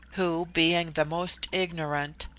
who, being the most ignorant,